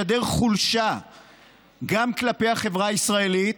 משדר חולשה גם כלפי החברה הישראלית.